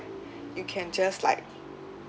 you can just like